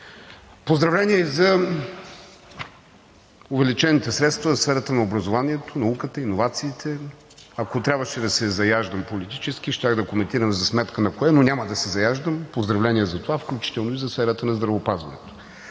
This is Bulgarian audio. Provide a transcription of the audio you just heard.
Поздравления и за увеличените средства в сферата на образованието, науката, иновациите. Ако трябваше да се заяждам политически, щях да коментирам за сметка на кое, но няма да се заяждам, поздравления за това, включително и за сферата на здравеопазването.